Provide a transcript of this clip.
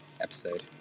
episode